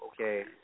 okay